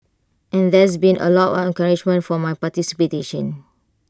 and there's been A lot of encouragement for my participation